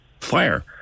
fire